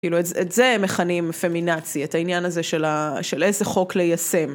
כאילו, את, את זה הם מכנים פמינצי, את העניין הזה של ה.. של איזה חוק ליישם.